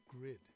grid